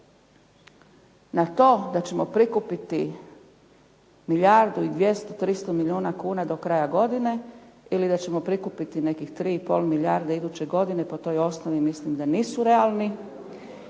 na to da ćemo prikupiti milijardu i 200, 300 milijuna kuna do kraja godine ili da ćemo prikupiti nekih 3 i pol milijardi iduće godine, po toj osnovi mislim da nisu realni.